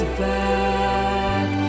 back